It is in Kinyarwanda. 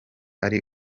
ari